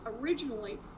Originally